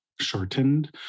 shortened